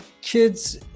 kids